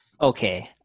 Okay